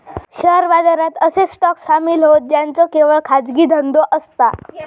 share बाजारात असे stock सामील होतं ज्यांचो केवळ खाजगी धंदो असता